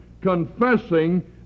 confessing